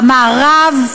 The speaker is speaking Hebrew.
המערב,